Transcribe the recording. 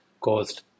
caused